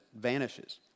vanishes